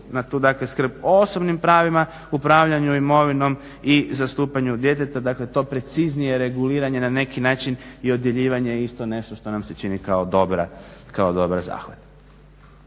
dakle skrb o osobnim pravima, upravljanju imovinom i zastupanje djeteta, dakle tog preciznijeg reguliranja na neki način i odjeljivanja isto nešto što nam se čini kao dobar zahvat.